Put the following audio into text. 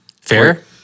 Fair